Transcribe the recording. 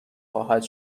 خواهد